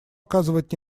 оказывать